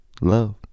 Love